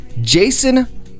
Jason